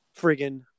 friggin